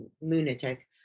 lunatic